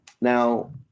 Now